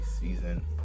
season